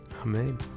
Amen